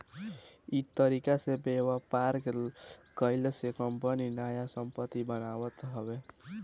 इ तरीका से व्यापार कईला से कंपनी नया संपत्ति बनावत हवे